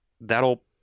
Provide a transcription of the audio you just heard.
that'll